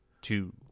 two